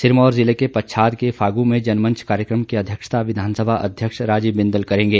सिरमौर जिले के पच्छाद के फागू में जनमंच कार्यक्रम की अध्यक्षता विधानसभा अध्यक्ष राजीव बिदंल करेंगे